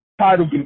title